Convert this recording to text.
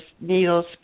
needles